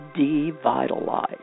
devitalize